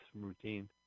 routine